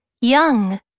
young